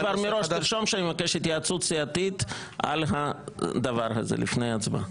ואז כבר מראש תרשום שאני מבקש התייעצות סיעתית על הדבר הזה לפני ההצבעה.